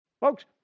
Folks